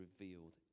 revealed